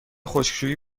خشکشویی